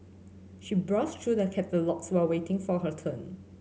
she browsed through the catalogues while waiting for her turn